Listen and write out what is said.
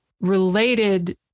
related